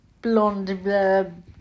blonde